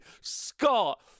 Scott